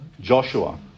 Joshua